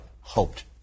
hoped